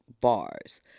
bars